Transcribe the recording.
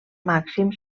màxim